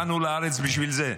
באנו לארץ בשביל זה.